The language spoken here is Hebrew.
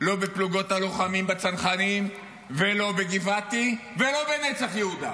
לא בפלוגות הלוחמים בצנחנים ולא בגבעתי ולא בנצח יהודה.